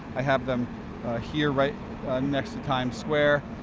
i have them here right next to times square.